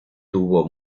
tuvo